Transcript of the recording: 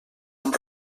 amb